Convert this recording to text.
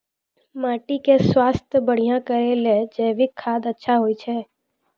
माटी के स्वास्थ्य बढ़िया करै ले जैविक खाद अच्छा होय छै?